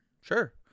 Sure